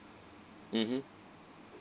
mmhmm